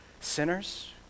sinners